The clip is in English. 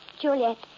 Juliet